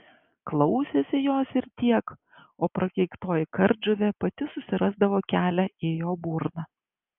klausėsi jos ir tiek o prakeiktoji kardžuvė pati susirasdavo kelią į jo burną